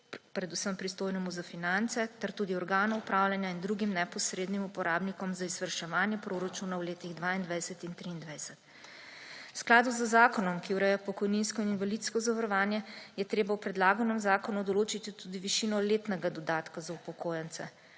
predvsem pristojnemu za finance, ter tudi organom upravljanja in drugim neposrednim uporabnikom za izvrševanje proračunov v letih 2022 in 2023. V skladu z zakonom, ki ureja pokojninsko in invalidsko zavarovanje, je treba v predlaganem zakonu določiti tudi višino letnega dodatka za upokojence.